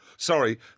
Sorry